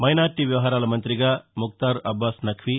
minority వ్యవహారాల మంతిగా ముక్తార్ అబ్బాస్ నఖ్వీ